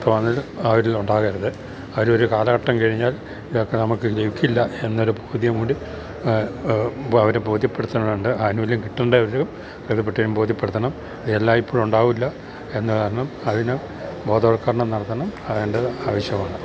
തോന്നല് അവരിൽ ഉണ്ടാകരുത് അവര് ഒരു കാലഘട്ടം കഴിഞ്ഞാൽ ഇതൊക്കെ നമുക്ക് ലഭിക്കില്ല എന്നൊരു ബോധ്യം കൂടി അവരെ ബോധ്യപ്പെടുത്തേണ്ടതുണ്ട് ആനുകൂല്യം കിട്ടേണ്ടവര് ഇടപെട്ട് ബോധ്യപ്പെടുത്തണം ഇതെല്ലായ്പ്പോഴും ഉണ്ടാവില്ല എന്ന കാരണം അതിന് ബോധവൽക്കരണം നടത്തണം അതിൻ്റ ആവശ്യമാണ്